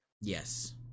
Yes